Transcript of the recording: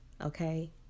Okay